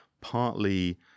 partly